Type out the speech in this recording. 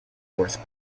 horse